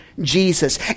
Jesus